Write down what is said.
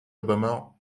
obama